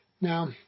Now